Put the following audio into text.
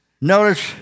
Notice